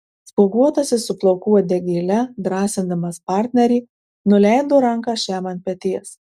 spuoguotasis su plaukų uodegėle drąsindamas partnerį nuleido ranką šiam ant peties